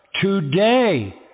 today